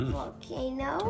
volcano